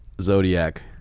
zodiac